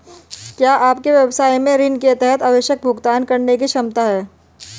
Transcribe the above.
क्या आपके व्यवसाय में ऋण के तहत आवश्यक भुगतान करने की क्षमता है?